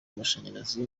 amashanyarazi